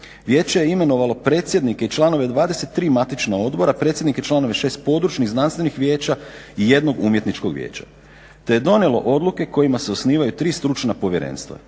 Vijeće je imenovalo predsjednike i članove 23 matična odbora, predsjednike i članove šest područnih Znanstvenih vijeća i jednog Umjetničkog vijeća, te je donijelo odluke kojima se osnivaju tri stručna povjerenstva